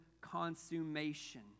consummation